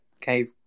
cave